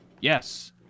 Yes